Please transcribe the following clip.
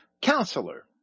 Counselor